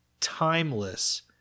timeless